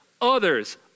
others